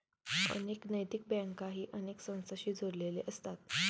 अनेक नैतिक बँकाही अनेक संस्थांशी जोडलेले असतात